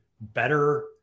better